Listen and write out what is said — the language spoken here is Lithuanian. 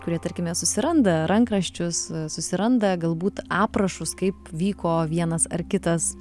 kurie tarkime susiranda rankraščius susiranda galbūt aprašus kaip vyko vienas ar kitas